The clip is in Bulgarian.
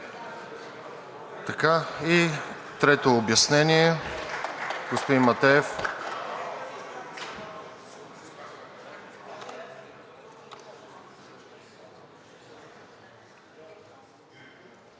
трето обяснение – господин Матеев.